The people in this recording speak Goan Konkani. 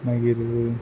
मागीर